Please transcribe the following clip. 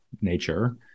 nature